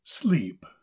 sleep